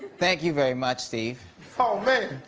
thank you very much, steve. oh, man.